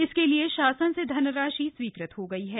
इसके लिये शासन से धनराशि स्वीकृत हो गयी है